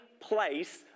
place